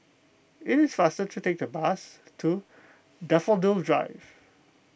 it is faster to take the bus to Daffodil Drive